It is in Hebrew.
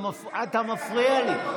אתה מפריע לי.